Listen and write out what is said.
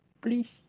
Please